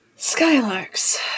Skylarks